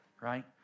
Right